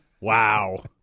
wow